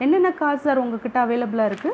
என்னென்ன car sir உங்ககிட்ட அவைலபிளாக இருக்குது